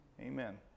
amen